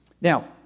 Now